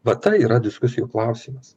va tai yra diskusijų klausimas